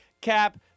Cap